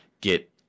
get